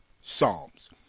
Psalms